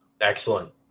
Excellent